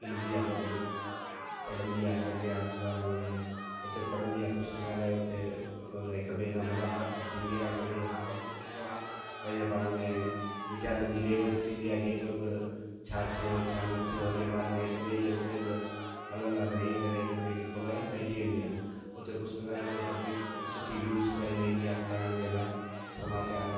ईंदी आहे पब्लिक पढ़ंदी आहे कंदी आहे अख़बारूं वग़ैरह हुते पढ़ंदी आहे पुस्तकालय हुते हिकु ॿिएं सां मुलाक़ात बि थींदी आहे हिकु ॿिएं सां हालु अहिवालु थींदो पंहिंजे पाण में वीचारनि जी ॾे वठु थींदी आहे जे के बि छा थियो छा न थियो हुनजे बारे में हिकु ॿिएं जे हुते बि हलंदा त हीअं करे हिकु ॿिएं खे ख़बर पेईजी वेंदी आहे व हुते पुस्तकालय ते पब्लिक सुठी यूस करण ईंदी आहे पढ़ण जे लाइ समाचारु